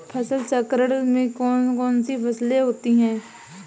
फसल चक्रण में कौन कौन सी फसलें होती हैं?